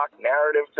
narrative